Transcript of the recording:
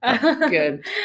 Good